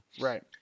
Right